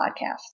Podcast